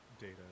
data